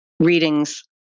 Readings